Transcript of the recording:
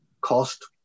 cost